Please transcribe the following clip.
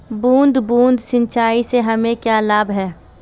बूंद बूंद सिंचाई से हमें क्या लाभ है?